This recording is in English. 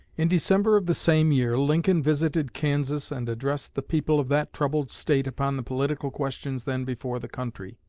in december of the same year lincoln visited kansas and addressed the people of that troubled state upon the political questions then before the country.